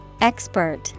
Expert